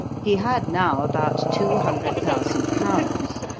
he had now about two hundred thousand pounds,